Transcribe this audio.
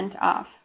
off